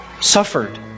suffered